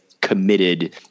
committed